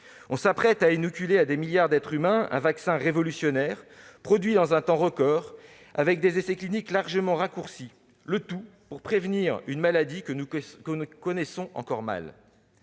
On s'apprête à inoculer à des milliards d'êtres humains un vaccin révolutionnaire, produit dans un temps record, avec des essais cliniques largement raccourcis, le tout pour prévenir une maladie que nous connaissons encore mal.